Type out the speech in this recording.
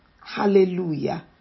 Hallelujah